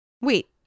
Wait